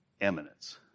eminence